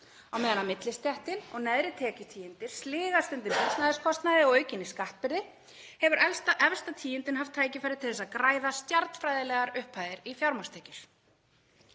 Á meðan millistéttin og neðri tekjutíundir sligast undir húsnæðiskostnaði og aukinni skattbyrði hefur efsta tíundin haft tækifæri til að græða stjarnfræðilegar upphæðir í fjármagnstekjur.